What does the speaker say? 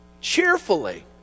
cheerfully